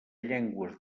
llengües